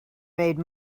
made